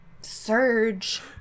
surge